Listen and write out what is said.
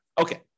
Okay